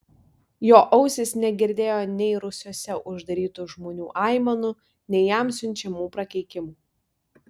jo ausys negirdėjo nei rūsiuose uždarytų žmonių aimanų nei jam siunčiamų prakeikimų